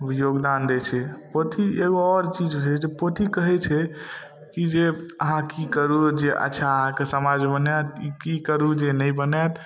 योगदान दै छै पोथी एगो आओर चीज भेलै जे पोथी कहै छै की जे अहाँ की करू जे अच्छा आहाँके समाज बनायत की करू जे नहि बनायत